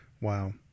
Wow